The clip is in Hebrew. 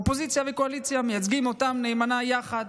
אופוזיציה וקואליציה מייצגים אותם נאמנה יחד,